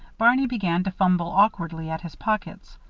barney began to fumble awkwardly at his pockets.